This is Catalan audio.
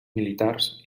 militars